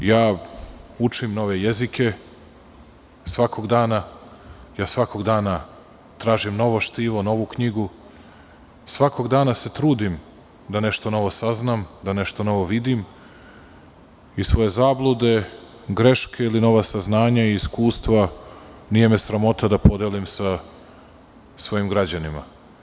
Učim nove jezike svakog dana, svakog dana tražim novo štivo, novu knjigu, svakog dana se trudim da nešto novo saznam, da nešto novo vidim i svoje zablude, greške ili nova saznanja i iskustva nije me sramota da podelim sa svojim građanima.